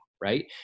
right